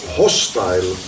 hostile